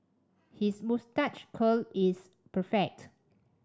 his moustache curl is perfect